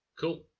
cool